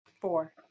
Four